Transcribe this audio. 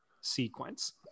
sequence